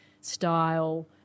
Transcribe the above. style